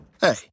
Hey